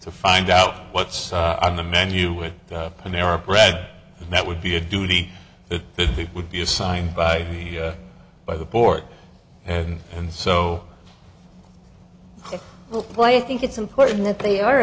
to find out what's on the menu with an air of bread and that would be a duty it would be assigned by the by the board and and so it will play i think it's important that they are